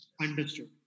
Understood